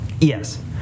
Yes